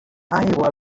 aigua